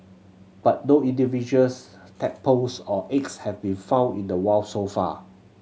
but no individuals tadpoles or eggs have been found in the wild so far